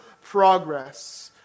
progress